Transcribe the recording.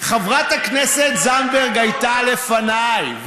חברת הכנסת זנדברג הייתה לפניי,